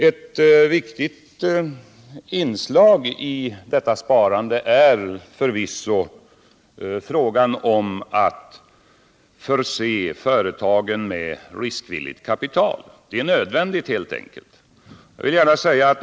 Ett viktigt inslag i detta sparande måste förvisso vara att förse företagen med riskvilligt kapital. Det är nödvändigt, helt enkelt.